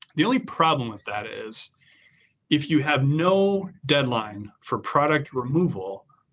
the only problem with that is if you have no deadline for product removal,